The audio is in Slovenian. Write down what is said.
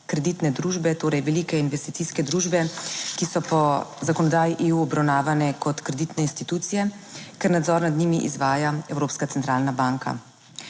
kreditne družbe, torej velike investicijske družbe, ki so po zakonodaji EU obravnavane kot kreditne institucije, ker nadzor nad njimi izvaja Evropska centralna banka.